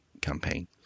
campaign